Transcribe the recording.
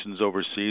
overseas